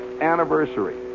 anniversary